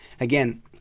Again